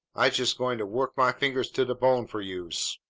i'se jest goin' to wuk my fingahs to de bone for youse!